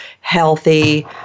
healthy